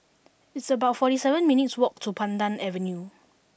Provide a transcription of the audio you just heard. it's about forty seven minutes' walk to Pandan Avenue